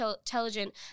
intelligent